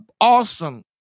awesome